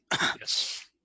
Yes